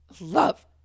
love